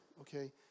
Okay